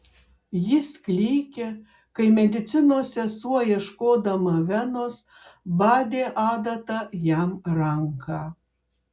jis klykė kai medicinos sesuo ieškodama venos badė adata jam ranką